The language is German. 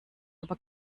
aber